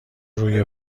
روی